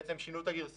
בעצם שינו את הגרסאות.